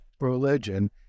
religion